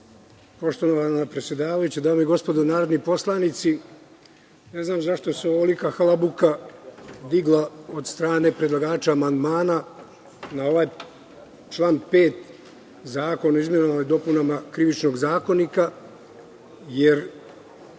Poštovana predsedavajuća, dame i gospodo narodni poslanici, ne znam zašto se ovolika halabuka digla od strane predlagača amandmana na ovaj član 5. zakona o izmenama i dopunama Krivičnog zakonika, jer